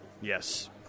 Yes